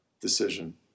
decision